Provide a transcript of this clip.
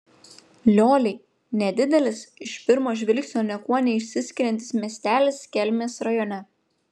lioliai nedidelis iš pirmo žvilgsnio niekuo neišsiskiriantis miestelis kelmės rajone